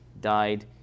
died